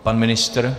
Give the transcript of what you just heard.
Pan ministr?